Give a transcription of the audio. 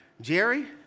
jerry